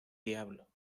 diablo